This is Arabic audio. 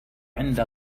عند